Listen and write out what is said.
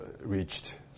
reached